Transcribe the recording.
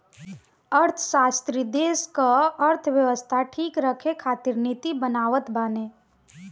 अर्थशास्त्री देस कअ अर्थव्यवस्था ठीक रखे खातिर नीति बनावत बाने